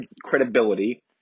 credibility